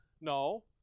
no